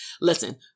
listen